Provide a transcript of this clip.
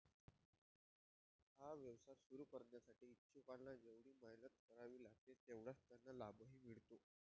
हा व्यवसाय सुरू करण्यासाठी इच्छुकांना जेवढी मेहनत करावी लागते तेवढाच त्यांना लाभही मिळतो